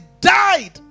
died